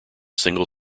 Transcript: single